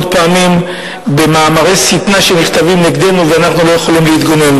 פעמים במאמרי שטנה שנכתבים נגדנו ואנחנו לא יכולים להתגונן.